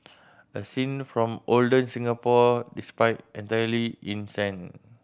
a scene from olden Singapore despite entirely in sand